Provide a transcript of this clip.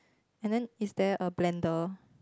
and then is there a blender